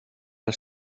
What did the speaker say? els